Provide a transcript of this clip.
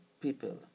people